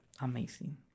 amazing